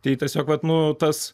tai tiesiog vat nu tas